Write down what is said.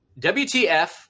WTF